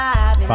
Five